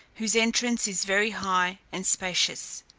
whose entrance is very high and spacious.